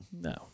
No